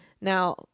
Now